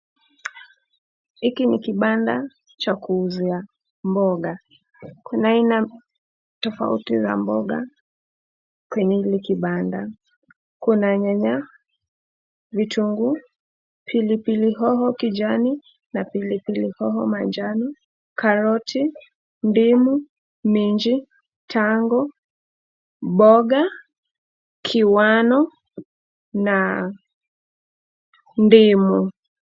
Hiki ni kibanda cha kuuzia mboga, kuna aina tofauti ya mboga kwenye hili kibanda, kuna nyanya, vitunguu, pilipili hoho kijani na pilipili hoho manjano, karoti, ndimu, minji ,chango, mboga, kiwano na ndimu.